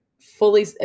fully